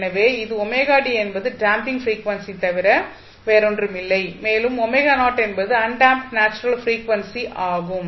எனவே இது என்பது டேம்ப்பிங் ப்ரீக்வன்சி தவிர வேறொன்றுமில்லை மேலும் என்பது அன்டேம்ப்டு நேச்சுரல் பிரீஃவென்சி ஆகும்